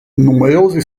numerosi